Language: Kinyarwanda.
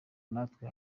natwe